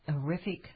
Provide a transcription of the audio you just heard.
horrific